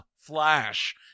Flash